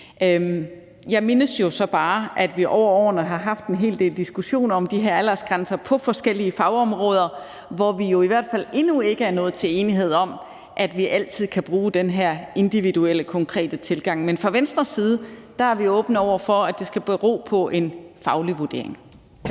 Jeg mindes jo så bare, at vi over årene har haft en hel del diskussioner om de her aldersgrænser på forskellige fagområder. Og vi er i hvert fald endnu ikke nået til enighed om, at vi altid kan bruge den her individuelle, konkrete tilgang. Men fra Venstres side er vi åbne over for, at det skal bero på en faglig vurdering.